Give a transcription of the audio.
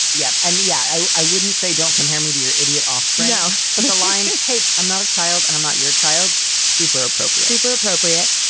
yep. and yeah, i i wouldn't say don't come here, meteor idiot offspring now. but the line. hey, i'm not a child and i'm not your child. super appropriate super appropriate.